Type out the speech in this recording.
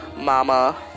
mama